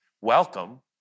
Welcome